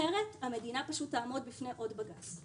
אחרת המדינה פשוט תעמוד בפני עוד בג"ץ.